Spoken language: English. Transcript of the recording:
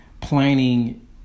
planning